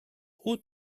who